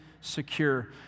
secure